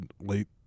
late